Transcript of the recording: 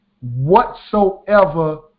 whatsoever